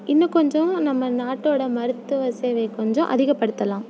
இன்னும் கொஞ்சம் நம்ம நாட்டோடய மருத்துவ சேவையை கொஞ்சம் அதிகப்படுத்தலாம்